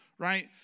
Right